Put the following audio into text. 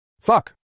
Fuck